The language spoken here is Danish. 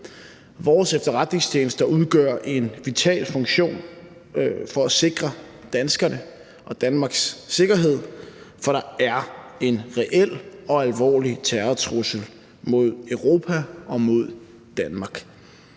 Vores efterretningstjenester udgør en vital funktion for at sikre danskerne og Danmarks sikkerhed, for der er en reel og alvorlig terrortrussel mod Europa og mod Danmark.